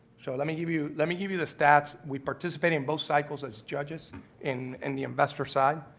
so, let me give you let me give you the stats. we participated in both cycles as judges in in the investor side.